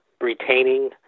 retaining